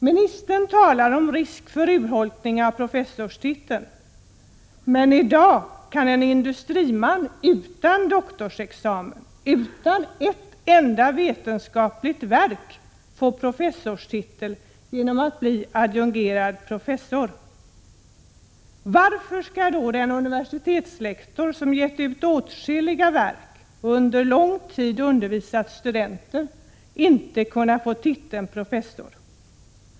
Ministern talar om risk för urholkning av professorstiteln, men i dag kan en industriman utan doktorsexamen, utan ett enda vetenskapligt verk, få professorstitel genom att bli adjungerad professor. Varför skall då den universitetslektor som gett ut åtskilliga verk och under lång tid undervisat studenter inte kunna få titeln professor?